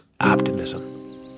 optimism